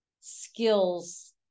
skills